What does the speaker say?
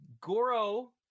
Goro